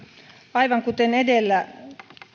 aivan kuten edellä